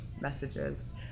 messages